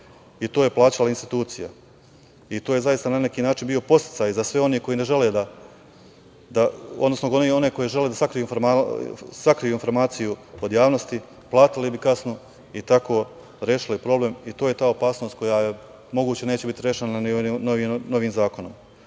To je plaćala institucija. To je zaista na neki način bio podsticaj za sve one koji ne žele, odnosno onih koji žele da sakriju informaciju od javnosti platili bi kaznu i tako rešili problem. To je ta opasnost koja moguće neće biti rešena ni novim zakonom.